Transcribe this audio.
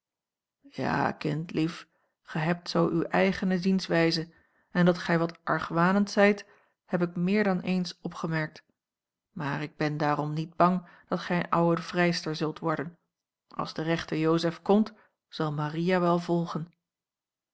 ja kindlief gij hebt zoo uwe eigene zienswijze en dat gij wat argwanend zijt heb ik meer dan eens opgemerkt maar ik ben daarom niet bang dat gij een oude vrijster zult worden als de rechte jozef komt zal maria wel volgen